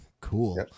cool